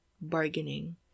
bargaining